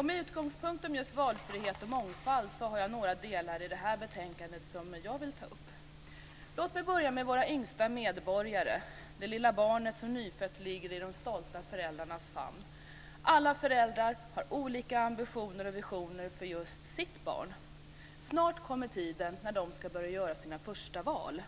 Med utgångspunkt i just valfrihet och mångfald är det några delar i detta betänkande som jag vill ta upp. Låt mig börja med våra yngsta medborgare - det lilla barnet som nyfött ligger i de stolta föräldrarnas famn. Alla föräldrar har olika ambitioner och visioner för just sitt barn. Snart kommer tiden då de ska börja göra sina första val.